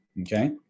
Okay